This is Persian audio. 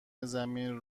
زمین